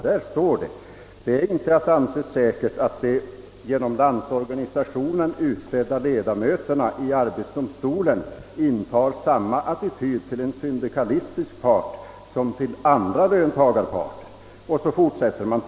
Där står det nämligen: »Det kan inte anses säkert att de ge nom Landsorganisationen utsedda ledamöterna i arbetsdomstolen intar samma attityd till en syndikalistisk part som till andra löntagarparter.